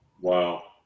wow